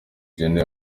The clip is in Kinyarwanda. jenner